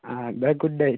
ആ bye good night